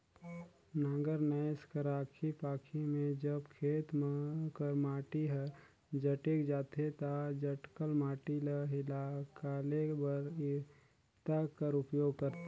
नांगर नाएस कर आखी पाखी मे जब खेत कर माटी हर जटेक जाथे ता जटकल माटी ल हिकाले बर इरता कर उपियोग करथे